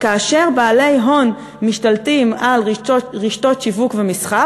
כאשר בעלי הון משתלטים על רשתות שיווק ומסחר,